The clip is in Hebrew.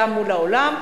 גם מול העולם.